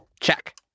Check